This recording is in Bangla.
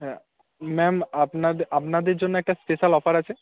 হ্যাঁ ম্যাম আপনাদের আপনাদের জন্য একটা স্পেশাল অফার আছে